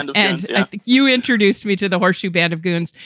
and and you introduced me to the horseshoe band of goons.